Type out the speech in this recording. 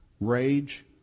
rage